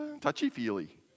touchy-feely